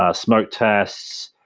ah smoke tests,